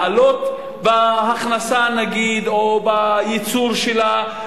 לעלות בהכנסה או בייצור שלה,